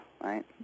right